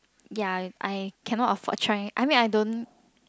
ya I cannot afford trying I mean I don't